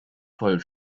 voll